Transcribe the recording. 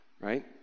right